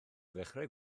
ddechrau